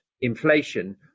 inflation